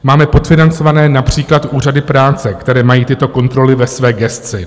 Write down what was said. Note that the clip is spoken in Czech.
Máme podfinancované například úřady práce, které mají tyto kontroly ve své gesci.